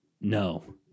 no